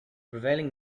prevailing